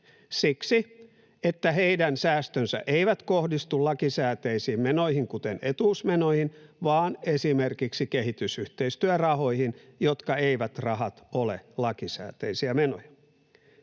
Siksi, että heidän säästönsä eivät kohdistu lakisääteisiin menoihin, kuten etuusmenoihin, vaan esimerkiksi kehitysyhteistyörahoihin, jotka rahat eivät ole lakisääteisiä menoja.